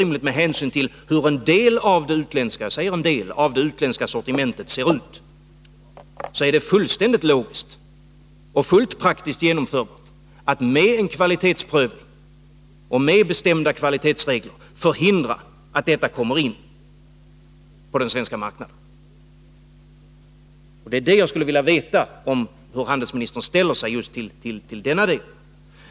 Med hänsyn till hur en del — jag säger en del — av det utländska sortimentet ser ut, tycker jag det är fullständigt logiskt och praktiskt genomförbart med en kvalitetsprövning, att med bestämda kvalitetsregler förhindra att detta sortiment kommer in på den svenska marknaden. Jag skulle vilja veta hur handelsministern ställer sig till just denna del.